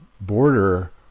border